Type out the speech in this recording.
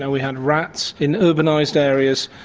and we had rats in urbanised areas,